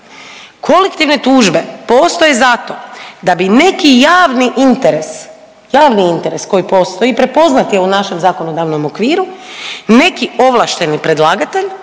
Kolektivne tužbe postoje zato da bi neki javni interes, javni interes koji postoji i prepoznat je u našem zakonodavnom okviru neki ovlašteni predlagatelj